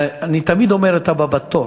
אני תמיד אומר את הבא בתור,